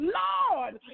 lord